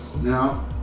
No